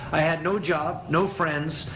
i had no job, no friends,